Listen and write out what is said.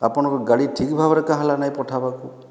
ଆପଣଙ୍କ ଗାଡ଼ି ଠିକ୍ ଭାବରେ କା ହେଲା ନାଇ ପଠାବାକୁ